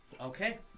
Okay